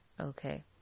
okay